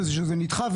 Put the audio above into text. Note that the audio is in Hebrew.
ושזה נדחה,